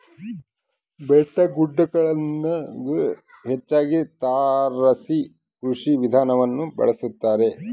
ಬೆಟ್ಟಗುಡ್ಡಗುಳಗ ಹೆಚ್ಚಾಗಿ ತಾರಸಿ ಕೃಷಿ ವಿಧಾನವನ್ನ ಬಳಸತಾರ